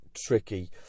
tricky